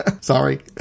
sorry